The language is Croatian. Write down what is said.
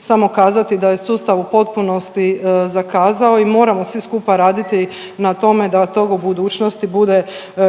samo kazati da je sustav u potpunosti zakazao i moramo svi skupa raditi na tome da toga u budućnosti bude